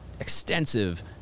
extensive